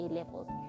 levels